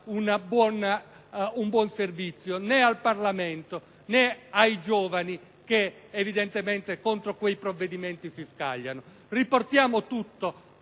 un buon servizio né al Parlamento né ai giovani che contro quei provvedimenti si scagliano. Riportiamo la